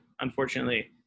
unfortunately